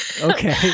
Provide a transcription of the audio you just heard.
Okay